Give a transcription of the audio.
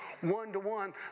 one-to-one